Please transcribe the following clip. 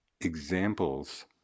examples